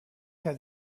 had